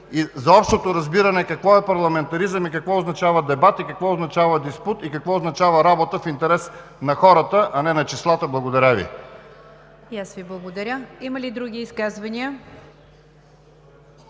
за общото разбиране какво е парламентаризъм, какво означава дебат, какво означава диспут и какво означава работа в интерес на хората, а не на числата! Благодаря Ви. ПРЕДСЕДАТЕЛ НИГЯР ДЖАФЕР: И аз Ви благодаря. Има ли други изказвания?